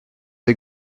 des